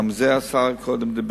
גם על זה השר דיבר קודם.